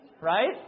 Right